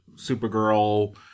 Supergirl